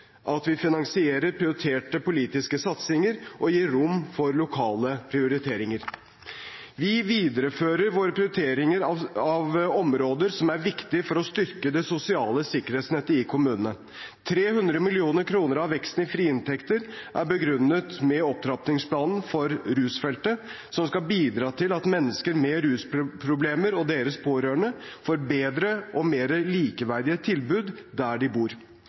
at vi finansierer prioriterte politiske satsinger og gir rom for lokale prioriteringer. Vi viderefører vår prioritering av områder som er viktig for å styrke det sosiale sikkerhetsnettet i kommunene. 300 mill. kr av veksten i frie inntekter er begrunnet med opptrappingsplanen for rusfeltet, som skal bidra til at mennesker med rusproblemer og deres pårørende får bedre og mer likeverdige tilbud der de bor.